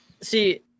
see